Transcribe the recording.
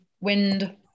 wind